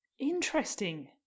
Interesting